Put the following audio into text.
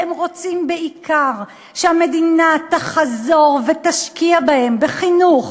והם רוצים בעיקר שהמדינה תחזור ותשקיע בהם בחינוך,